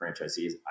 franchisees